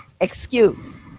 excuse